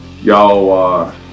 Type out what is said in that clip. Y'all